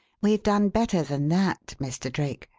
we've done better than that, mr. drake,